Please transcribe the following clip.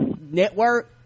network